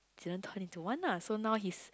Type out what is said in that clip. didn't turn into one lah so now he's